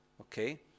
okay